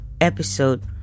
episode